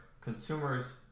consumers